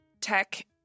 tech